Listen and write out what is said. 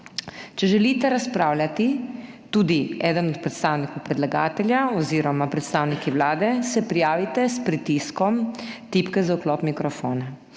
Če želite razpravljati tudi eden od predstavnikov predlagatelja oziroma predstavniki Vlade, se prijavite s pritiskom tipke za vklop mikrofona.